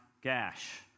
Gash